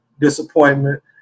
disappointment